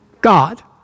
God